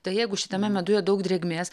tai jeigu šitame meduje daug drėgmės